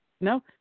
No